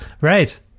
Right